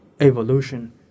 evolution